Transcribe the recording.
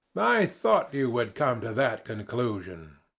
i thought you would come to that conclusion.